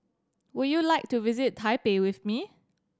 would you like to visit Taipei with me